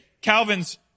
Calvin's